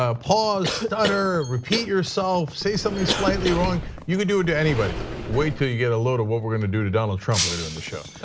ah pause stutter repeat yourself say something slightly wrong. you can do it to anybody. wait till you get a load of what we're gonna do to donald trump later in the show.